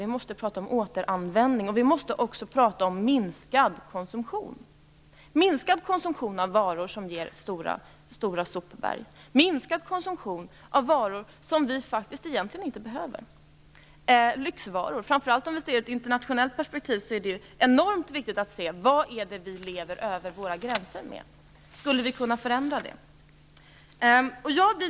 Vi måste prata om återanvändning och också om minskad konsumtion av varor som ger stora sopberg och minskad konsumtion av sådana varor som vi egentligen inte behöver, t.ex. av lyxvaror. Framför allt ur ett internationellt perspektiv är det enormt viktigt att ta reda på vad vi lever över våra gränser med. Skulle vi kunna förändra det?